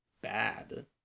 bad